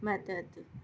मदद